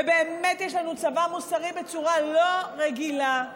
ובאמת יש לנו צבא מוסרי בצורה לא רגילה,